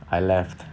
I left